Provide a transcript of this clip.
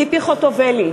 ציפי חוטובלי,